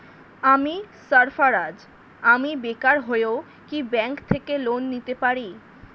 আমি সার্ফারাজ, আমি বেকার হয়েও কি ব্যঙ্ক থেকে লোন নিতে পারি?